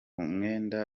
mwenda